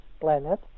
planet